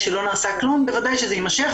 כשלא נעשה כלום ודאי שזה יימשך,